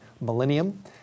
millennium